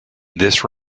this